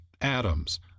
atoms